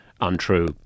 untrue